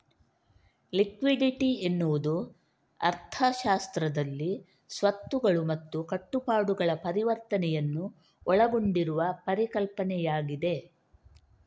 liquidity ಎನ್ನುವುದು ಅರ್ಥಶಾಸ್ತ್ರದಲ್ಲಿ ಸ್ವತ್ತುಗಳು ಮತ್ತು ಕಟ್ಟುಪಾಡುಗಳ ಪರಿವರ್ತನೆಯನ್ನು ಒಳಗೊಂಡಿರುವ ಪರಿಕಲ್ಪನೆಯಾಗಿದೆ